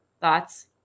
Thoughts